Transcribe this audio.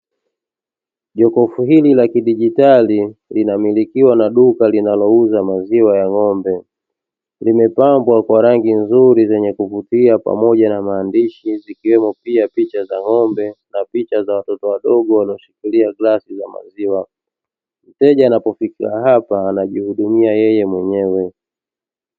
Jokofu hili la kidijitali linamilikiwa na duka linalouza maziwa ya ng’ombe, limepambwa kwa rangi nzuri zenye kuvutia pamoja na maandishi zikiwemo pia picha za ng’ombe na picha za watoto wadogo wanaoshikilia glasi za maziwa. Mteja anapofika hapa anajihudumia yeye mwenyewe.